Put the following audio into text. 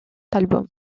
albums